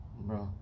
Bro